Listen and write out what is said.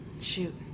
Shoot